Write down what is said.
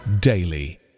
daily